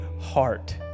heart